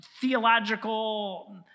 theological